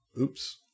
Oops